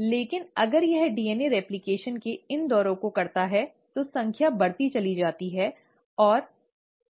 लेकिन अगर यह डीएनए रेप्लकेशन के इन दौरों को करता है तो संख्या बढ़ती चली जाती है और